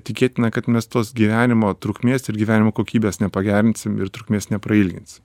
tikėtina kad mes tos gyvenimo trukmės ir gyvenimo kokybės nepagerinsim ir trukmės neprailgins